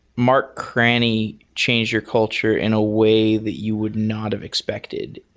mark cranney changed your culture in a way that you would not have expected.